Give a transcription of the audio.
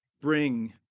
bring